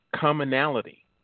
commonality